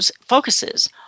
focuses